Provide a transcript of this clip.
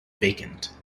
vacant